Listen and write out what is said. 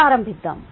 ప్రారంభిద్దాం